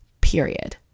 period